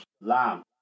lamb